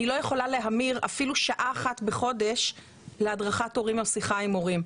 אני לא יכולה להמיר אפילו שעה אחת בחודש להדרכת הורים או שיחה עם הורים,